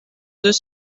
deux